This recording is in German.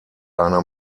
eine